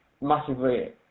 massively